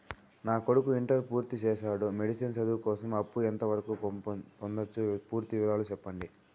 నా కొడుకు ఇంటర్ పూర్తి చేసాడు, మెడిసిన్ చదువు కోసం అప్పు ఎంత వరకు పొందొచ్చు? పూర్తి వివరాలు సెప్పండీ?